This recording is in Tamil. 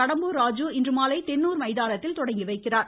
கடம்பூராஜு இன்று மாலை தென்னூர் மைதானத்தில் தொடங்கி வைக்கிறார்